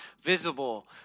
visible